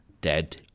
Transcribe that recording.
dead